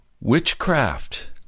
Witchcraft